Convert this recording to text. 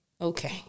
Okay